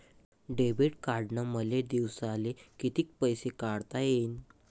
Debit कार्डनं मले दिवसाले कितीक पैसे काढता येईन?